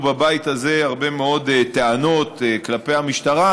בבית הזה הרבה מאוד טענות כלפי המשטרה,